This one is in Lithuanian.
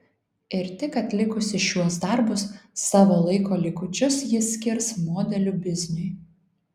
ir tik atlikusi šiuos darbus savo laiko likučius ji skirs modelių bizniui